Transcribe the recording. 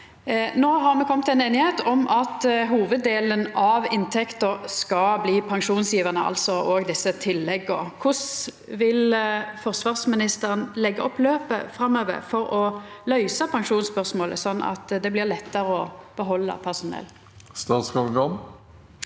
No har me kome til einigheit om at hovuddelen av inntekta skal bli pensjonsgjevande, altså òg desse tillegga. Korleis vil forsvarsministeren leggja opp løpet framover for å løysa pensjonsspørsmålet, sånn at det blir lettare å behalda personell? Statsråd